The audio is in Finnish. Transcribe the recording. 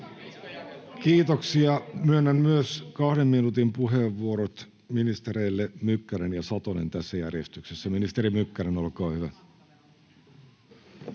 Kiitoksia. — Myönnän kahden minuutin puheenvuorot myös ministereille Mykkänen ja Satonen, tässä järjestyksessä. — Ministeri Mykkänen, olkaa hyvä.